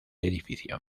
edificio